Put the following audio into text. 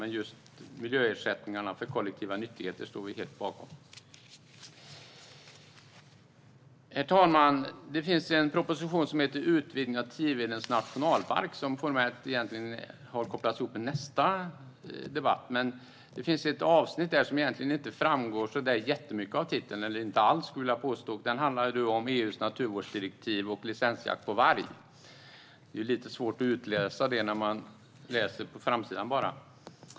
Men just miljöersättningarna för kollektiva nyttigheter står vi helt bakom. Herr talman! Det finns en proposition som heter Utvidgning av Tivedens nationalpark, som formellt har kopplats ihop med nästa debatt. Det finns ett avsnitt som inte framgår så där jättemycket av titeln, eller inte alls skulle jag vilja påstå. Det handlar om EU:s naturvårdsdirektiv och licensjakt på varg. Det är lite svårt att utläsa det när man bara läser på framsidan.